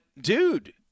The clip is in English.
dude